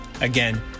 Again